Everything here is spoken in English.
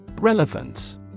Relevance